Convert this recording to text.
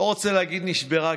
לא רוצה להגיד נשברה,